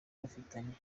bafitanye